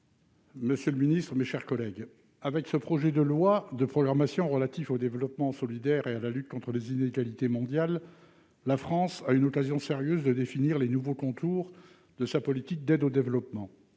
Todeschini, sur l'article. Avec ce projet de loi de programmation relatif au développement solidaire et à la lutte contre les inégalités mondiales, la France a une occasion sérieuse de définir les nouveaux contours de sa politique d'aide au développement.